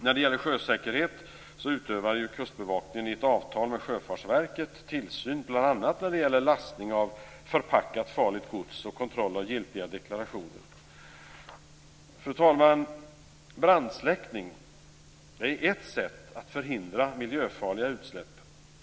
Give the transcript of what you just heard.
När det gäller sjösäkerhet utövar Kustbevakningen enligt ett avtal med Sjöfartsverket tillsyn bl.a. när det gäller lastning av förpackat farligt gods och kontroll av giltiga deklarationer. Fru talman! Brandsläckning är ett sätt att förhindra miljöfarliga utsläpp.